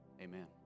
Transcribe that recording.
Amen